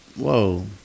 Whoa